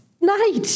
night